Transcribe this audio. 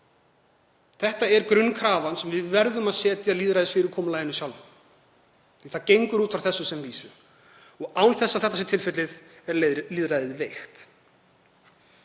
Það er grunnkrafan sem við verðum að setja lýðræðisfyrirkomulaginu sjálfu. Það gengur út frá þessu sem vísu og ef þetta er ekki tilfellið er lýðræðið veikt.